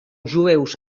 jueus